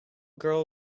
girl